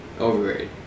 overrated